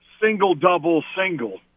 single-double-single